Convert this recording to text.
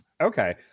Okay